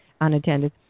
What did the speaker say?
unattended